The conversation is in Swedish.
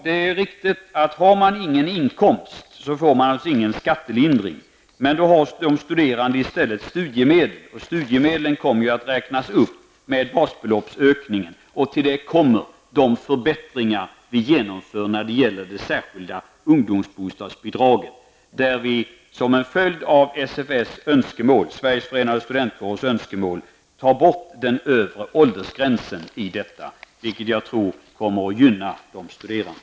Det är riktigt att om man inte har någon inkomst så får man ingen skattelindring. De studerande har då i stället studiemedel. Studiemedlen kommer att räknas upp med basbeloppsökningen. Därtill kommer de förbättringar vi kommer att genomföra när det gäller det särskilda ungdomsbostadsbidraget. Som en följd av SFSs, Sveriges Förenade Studentkårers, önskemål slopas den övre åldersgränsen, vilket jag tror kommer att gynna de studerande.